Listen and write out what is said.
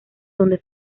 donde